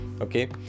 okay